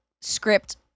script